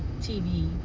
tv